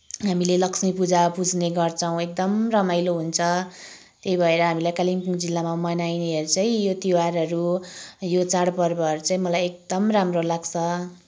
हामीले लक्ष्मी पूजा पुज्ने गर्छौँ एकदम रमाइलो हुन्छ त्यही भएर हामीलाई कालिम्पोङ जिल्लामा मनाइनेहरू चाहिँ यो तिहारहरू यो चाडपर्वहरू चाहिँ मलाई एकदम राम्रो लाग्छ